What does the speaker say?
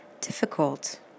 difficult